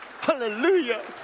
Hallelujah